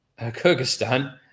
Kyrgyzstan